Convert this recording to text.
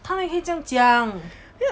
他们哪里可以这样讲